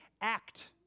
act